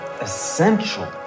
essential